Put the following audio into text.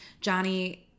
Johnny